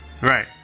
right